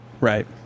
right